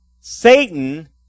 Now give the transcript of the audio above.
Satan